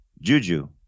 Juju